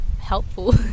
helpful